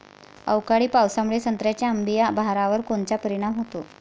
अवकाळी पावसामुळे संत्र्याच्या अंबीया बहारावर कोनचा परिणाम होतो?